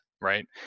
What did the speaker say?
right